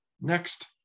next